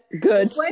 good